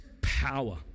power